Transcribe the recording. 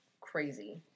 crazy